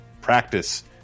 practice